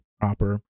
proper